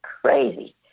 crazy